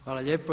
Hvala lijepo.